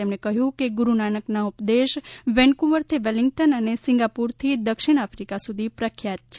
તેમણે કહ્યું કે ગુરૂ નાનકના ઉપદેશ બેનકુવરથી વેલીન્ગટ અને સિંગાપુર થી દક્ષિણ આફ્રિકા સુધી પ્રખ્યાત છે